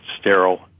sterile